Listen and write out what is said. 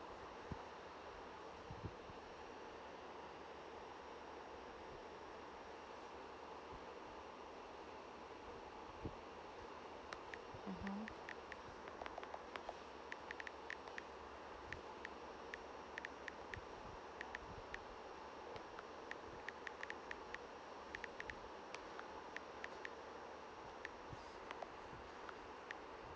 mmhmm